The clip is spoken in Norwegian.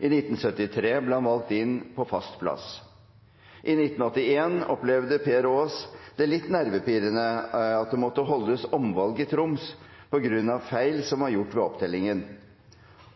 I 1973 ble han valgt inn på fast plass. I 1981 opplevde Per Aas det litt nervepirrende at det måtte holdes omvalg i Troms på grunn av feil som var gjort ved opptellingen.